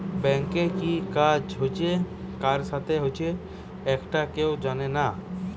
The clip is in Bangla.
ব্যাংকে কি কাজ হচ্ছে কার সাথে হচ্চে একটা কেউ জানে না